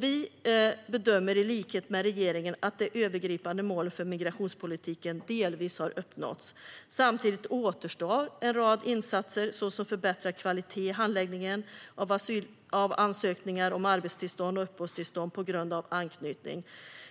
Vi bedömer i likhet med regeringen att de övergripande målen för migrationspolitiken delvis har uppnåtts. Samtidigt återstår en rad insatser, såsom förbättrad kvalitet i handläggningen av ansökningar om arbetstillstånd och uppehållstillstånd på grund av anknytning,